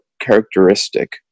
characteristic